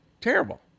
Terrible